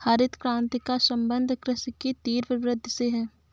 हरित क्रान्ति का सम्बन्ध कृषि की तीव्र वृद्धि से है